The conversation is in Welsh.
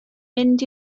mynd